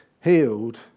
healed